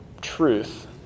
truth